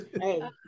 Hey